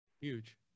Huge